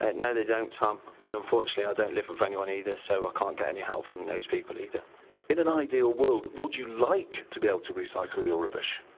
at all? no, they don't, tom, and unfortunately, i don't live with anyone either, so can't get any help from those people either in an ideal world would you like to be able to recycle your rubbish?